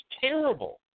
terrible